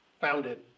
founded